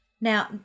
now